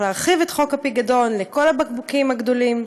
להרחיב את חוק הפיקדון לכל הבקבוקים הגדולים,